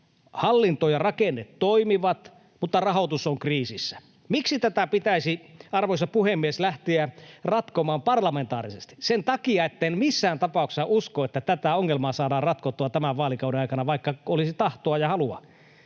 Hallinto ja rakenne toimivat, mutta rahoitus on kriisissä. Miksi tätä pitäisi, arvoisa puhemies, lähteä ratkomaan parlamentaarisesti? Sen takia, etten missään tapauksessa usko, että tätä ongelmaa saadaan ratkottua tämän vaalikauden aikana, vaikka olisi tahtoa ja halua,